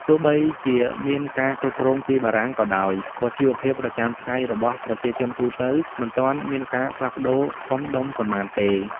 ទោះបីជាមានការគ្រប់គ្រងពីបារាំងក៏ដោយ ក៏ជីវភាពប្រចាំថ្ងៃរបស់ប្រជាជនទូទៅមិនទាន់មានការផ្លាស់ប្ដូរធំដុំប៉ុន្មានទេ។